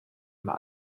immer